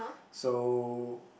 so